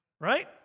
Right